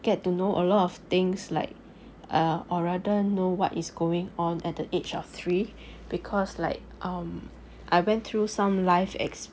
get to know a lot of things like err or rather know what is going on at the age of three because like um I went through some life ex~